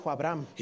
Abraham